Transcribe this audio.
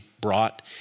brought